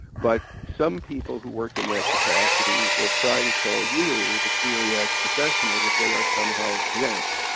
but, some people who work in that capacity will try to tell you, the clery act professional, that they are somehow exempt.